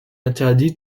interdit